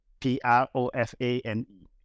P-R-O-F-A-N-E